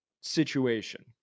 situation